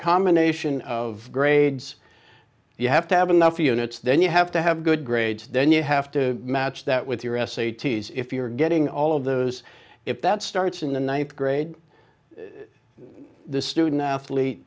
combination of grades you have to have enough units then you have to have good grades then you have to match that with your s a t s if you're getting all of those if that starts in the ninth grade the student athlete